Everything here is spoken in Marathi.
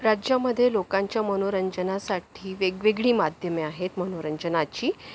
राज्यामध्ये लोकांच्या मनोरंजनासाठी वेगवेगळी माध्यमे आहेत मनोरंजनाची